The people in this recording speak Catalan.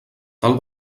tal